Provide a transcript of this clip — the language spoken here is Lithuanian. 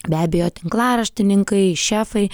be abejo tinklaraštininkai šefai